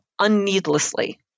unneedlessly